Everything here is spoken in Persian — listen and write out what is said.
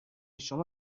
شما